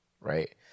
right